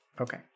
Okay